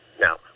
Now